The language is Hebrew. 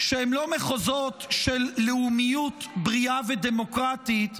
שהם לא מחוזות של לאומיות בריאה ודמוקרטית,